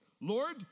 Lord